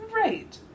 Right